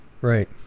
right